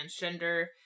Transgender